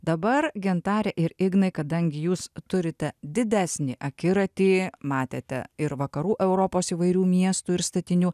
dabar gintarė ir ignai kadangi jūs turite didesnį akiratį matėte ir vakarų europos įvairių miestų ir statinių